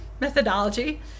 methodology